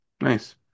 nice